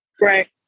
Right